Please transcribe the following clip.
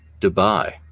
Dubai